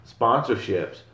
sponsorships